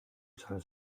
izan